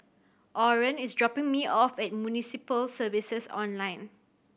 Orren is dropping me off at Municipal Services All Night